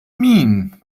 mean